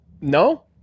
No